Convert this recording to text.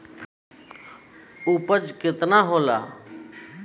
उपज केतना होला?